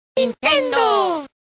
¡Nintendo